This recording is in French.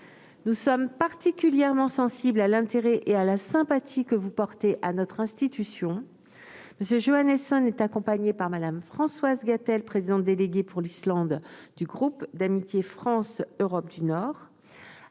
Nous sommes particulièrement sensibles à l'intérêt et à la sympathie qu'il porte à notre institution. M. Johannesson est accompagné par Mme Françoise Gatel, présidente déléguée pour l'Islande du groupe d'amitié France-Europe du Nord.